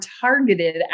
targeted